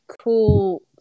cool